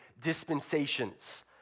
dispensations